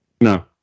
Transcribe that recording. No